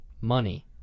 money